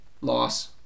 loss